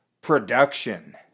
production